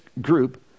group